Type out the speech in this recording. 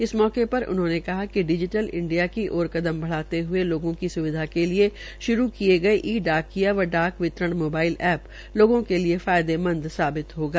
इस मौके शर उन्होंने कहा कि डिजीटल इंडिया की ओर कदम बढ़ते हये लोगों की स्विधा के लिये श्रू किये गये ई डाकिया व डाक वितरण मोबाइल ऐ लोगों के लिये फायदेमंद सावित होगा